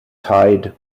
tide